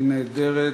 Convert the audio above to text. היא נעדרת,